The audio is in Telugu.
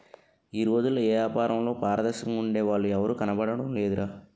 ఈ రోజుల్లో ఏపారంలో పారదర్శకంగా ఉండే వాళ్ళు ఎవరూ కనబడడం లేదురా